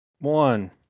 One